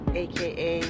aka